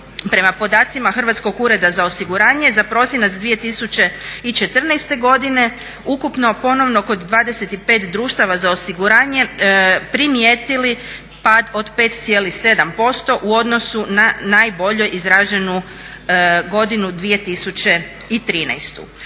prema podacima Hrvatskog ureda za osiguranje za prosinac 2014. godine ukupno ponovno kod 25 društava za osiguranje primijetili pad od 5,7% u odnosu na najbolje izraženu godinu 2013.